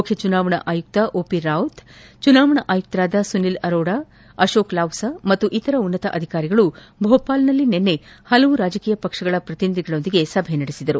ಮುಖ್ಯ ಚುನಾವಣಾ ಆಯುಕ್ತ ಓ ಪಿ ರಾವತ್ ಚುನಾವಣಾ ಆಯುಕ್ತರಾದ ಸುನಿಲ್ ಅರೋರ ಅಕೋಕ ಲಾವಸ ಮತ್ತು ಇತರೆ ಉನ್ನತ ಅಧಿಕಾರಿಗಳು ಬೋಪಾಲ್ನಲ್ಲಿ ನಿನ್ನೆ ನಾನಾ ರಾಜಕೀಯ ಪಕ್ಷಗಳ ಪ್ರತಿನಿಧಿಗಳ ಜೊತೆ ಸಭೆ ನಡೆಸಿದರು